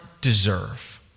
deserve